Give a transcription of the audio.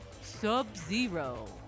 Sub-Zero